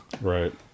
Right